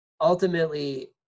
ultimately